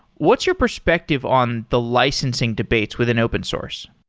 what's your perspective on the licensing debates with an open source?